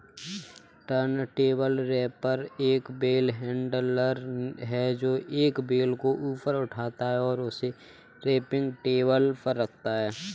turntable wrapper एक bale handler है, जो एक बेल को ऊपर उठाता है और उसे रैपिंग टेबल पर रखता है